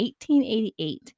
1888